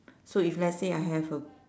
so if let's say I have a